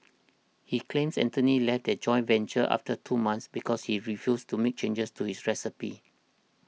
he claims Anthony left their joint venture after two months because he refused to make changes to his recipes